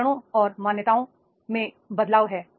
उदाहरणों और मान्यताओं में बदलाव हैं